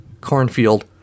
cornfield